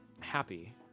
happy